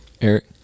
eric